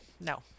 No